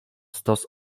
stos